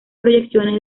proyecciones